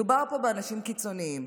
מדובר באנשים קיצוניים.